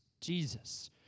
Jesus